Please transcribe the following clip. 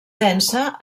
densa